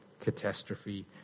catastrophe